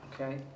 Okay